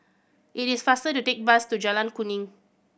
it is faster to take bus to Jalan Kuning